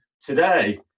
today